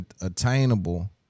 attainable